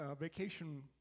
vacation